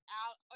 out